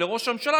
לראש הממשלה,